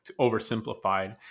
oversimplified